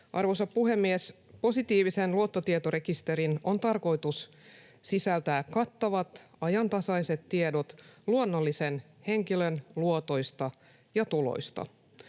Arvoisa puhemies! Positiivisen luottotietorekisterin on tarkoitus sisältää kattavat, ajantasaiset tiedot luonnollisen henkilön luotoista ja tuloista.